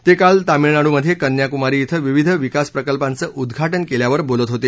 ते काल तामिळनाडूमध्ये कन्याकुमारी इथं विविध विकास प्रकल्पांचं उद्घाटन केल्यावर बोलत होते